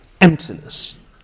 emptiness